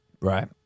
right